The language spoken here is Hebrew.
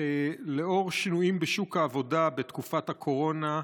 לאור שינויים בשוק העבודה בתקופת הקורונה,